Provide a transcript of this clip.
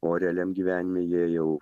o realiam gyvenime jie jau